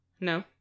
No